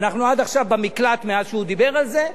אנחנו עד עכשיו במקלט מאז שהוא דיבר על זה.